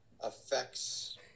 affects